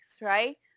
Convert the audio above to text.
right